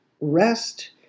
rest